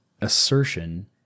assertion